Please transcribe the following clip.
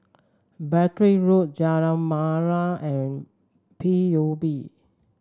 Battery Road Jalan Molek and P U B